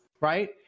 right